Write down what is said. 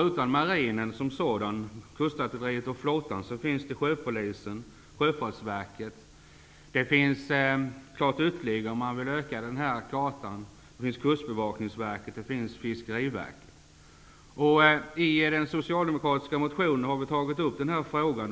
Utom marinen som sådan -- kustartilleriet och flottan -- finns sjöpolisen och Sjöfartsverket där. Om man vill utöka kartan kan jag nämna att där finns ytterligare aktörer: Kustbevakningsverket och I den socialdemokratiska motionen har vi tagit upp denna fråga.